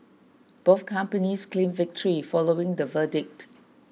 both companies claimed victory following the verdict